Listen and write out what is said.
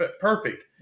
perfect